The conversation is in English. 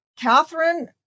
Catherine